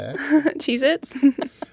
Cheez-Its